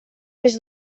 més